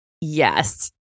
Yes